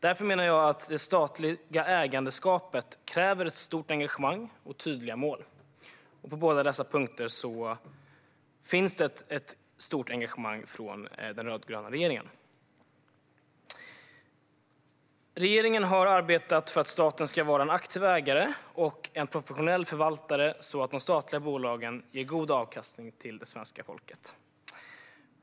Därför menar jag att det statliga ägarskapet kräver ett stort engagemang och tydliga mål. På båda dessa punkter finns ett stort engagemang från den rödgröna regeringen. Regeringen har arbetat för att staten ska vara en aktiv ägare och en professionell förvaltare så att de statliga bolagen ger god avkastning till svenska folket.